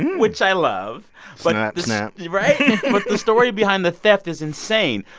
which i love snap, snap right? but the story behind the theft is insane.